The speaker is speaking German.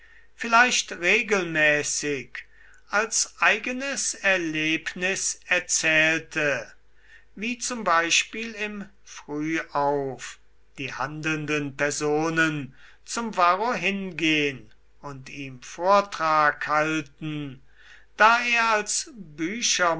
vielleicht regelmäßig als eigenes erlebnis erzählte wie zum beispiel im frühauf die handelnden personen zum varro hingehen und ihm vortrag halten da er als